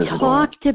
talked